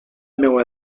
meua